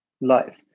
life